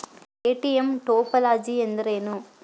ATM topology ಎಂದರೇನು?